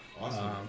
Awesome